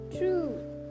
True